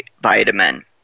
vitamin